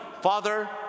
Father